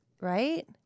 Right